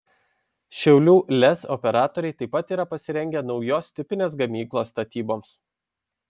šiaulių lez operatoriai taip pat yra pasirengę naujos tipinės gamyklos statyboms